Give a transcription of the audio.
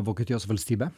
vokietijos valstybė